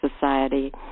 Society